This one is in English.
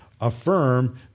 affirm